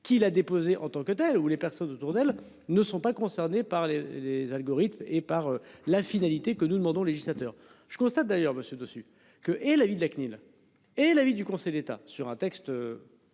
qui l'a déposé en tant que telle, ou les personnes autour d'elle ne sont pas concernés par les les algorithmes et par la finalité que nous demandons législateur je constate d'ailleurs Monsieur dessus que est l'avis de la CNIL est l'avis du Conseil d'État. Sur un texte.